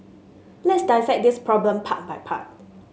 let's dissect this problem part by part